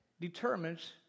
determines